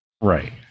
Right